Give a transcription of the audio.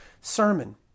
sermon